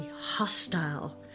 hostile